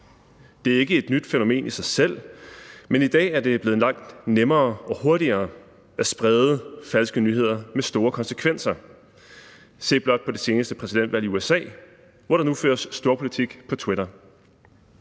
Det er ikke et nyt fænomen i sig selv, men i dag er det blevet langt nemmere og hurtigere at sprede falske nyheder med store konsekvenser. Se blot på det seneste præsidentvalg i USA, hvor der nu føres storpolitik på Twitter.